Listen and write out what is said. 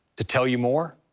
to tell you more,